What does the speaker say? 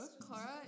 Clara